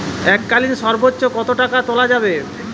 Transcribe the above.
এককালীন সর্বোচ্চ কত টাকা তোলা যাবে?